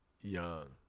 young